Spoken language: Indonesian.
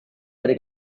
dari